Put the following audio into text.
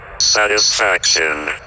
satisfaction